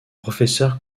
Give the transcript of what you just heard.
professeur